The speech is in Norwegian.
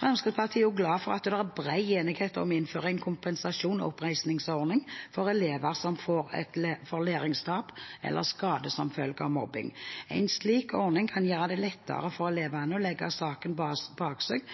Fremskrittspartiet er også glad for at det er bred enighet om å innføre en kompensasjons- og oppreisningsordning for elever som får læringstap eller skade som følge av mobbing. En slik ordning kan gjøre det lettere for eleven å legge saken bak seg,